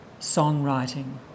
Songwriting